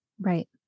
right